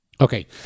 Okay